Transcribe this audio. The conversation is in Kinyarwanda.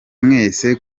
mwese